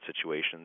situations